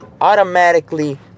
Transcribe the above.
automatically